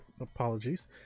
apologies